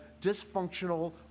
dysfunctional